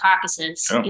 caucuses